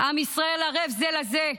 עם ישראל ערב זה לזה.